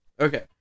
Okay